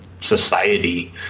Society